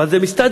אבל זה מסתדר,